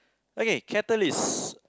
okay catalyst